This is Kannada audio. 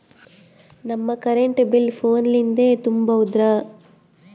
ನಮ್ ಕರೆಂಟ್ ಬಿಲ್ ಫೋನ ಲಿಂದೇ ತುಂಬೌದ್ರಾ?